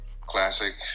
Classic